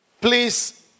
Please